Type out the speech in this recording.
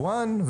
על היבואן,